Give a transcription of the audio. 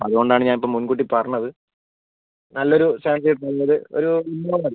അതുകൊണ്ട് ആണ് ഞാൻ ഇപ്പം മുൻകൂട്ടി പറഞ്ഞത് നല്ലൊരു സെവൻ സീറ്റർ ഉള്ളത് ഒരു ഇന്നോവ മതി